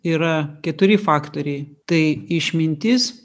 yra keturi faktoriai tai išmintis